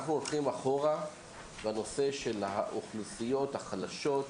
אנחנו הולכים אחורה בנושא של האוכלוסיות החלשות,